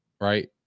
right